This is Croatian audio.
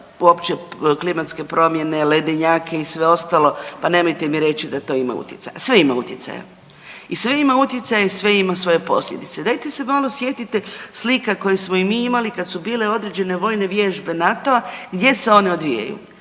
opće klimatske promjene, ledenjake i sve ostalo, pa nemojte mi reći da to ima utjecaja. Sve ima utjecaja. I sve ima utjecaj i sve ima svoje posljedice. Dajte se malo sjetite slika koje smo i mi imali kad su bile određene vojne vježbe NATO-a, gdje se one odvijaju?